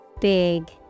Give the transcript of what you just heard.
Big